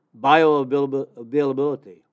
bioavailability